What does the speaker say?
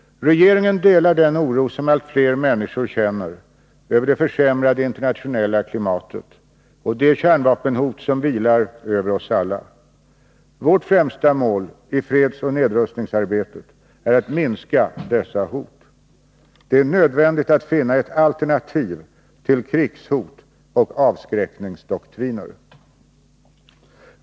Regeringen delar den oro som allt fler människor känner över det försämrade internationella klimatet och det kärnvapenhot som vilar över oss alla. Vårt främsta mål i fredsoch nedrustningsarbetet är att minska dessa hot. Det är nödvändigt att finna ett alternativ till krigshot och avskräckningsdoktriner.